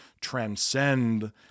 transcend